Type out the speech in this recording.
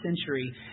century